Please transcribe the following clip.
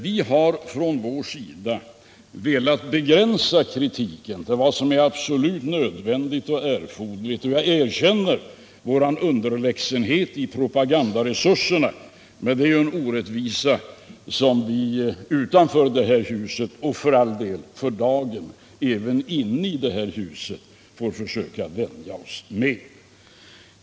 Vi har från vår sida velat begränsa kritiken till vad som är absolut nödvändigt. Jag erkänner vår underlägsenhet i propagandaresurserna, men det är en orättvisa som vi utanför det här huset — och för all del för dagen även inne i det — får försöka vänja oss vid.